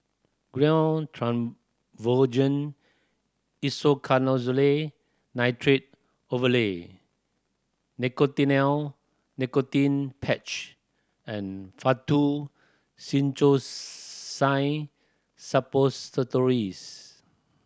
Gyno Travogen Isoconazole Nitrate Ovule Nicotinell Nicotine Patch and Faktu Cinchocaine Suppositories